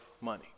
money